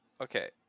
okay